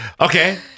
Okay